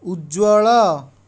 ଉଜ୍ଜ୍ୱଳ